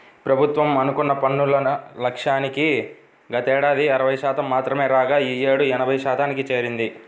ప్రభుత్వం అనుకున్న పన్నుల లక్ష్యానికి గతేడాది అరవై శాతం మాత్రమే రాగా ఈ యేడు ఎనభై శాతానికి చేరింది